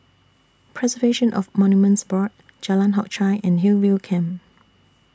Preservation of Monuments Board Jalan Hock Chye and Hillview Camp